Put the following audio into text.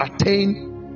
attain